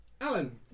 Alan